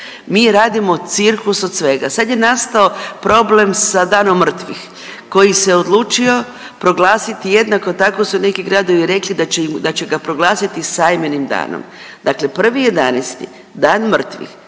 Mi radimo cirkus od svega. Sad je nastao problem sa Danom mrtvih koji se odlučio proglasiti, jednako tako su neki gradovi rekli da će ga proglasiti sajmenim danom. Dakle 1.11., Dan mrtvih